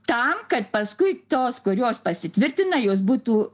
tam kad paskui tos kurios pasitvirtina jos būtų